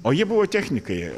o jie buvo technikai